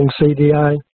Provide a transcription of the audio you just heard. CDI